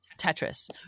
Tetris